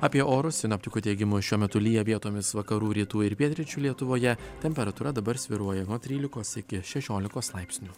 apie orus sinoptikų teigimu šiuo metu lyja vietomis vakarų rytų ir pietryčių lietuvoje temperatūra dabar svyruoja nuo trylikos iki šešiolikos laipsnių